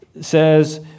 says